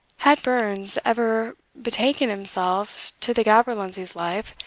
had burns ever betaken himself to the gaberlunzie's life,